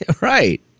Right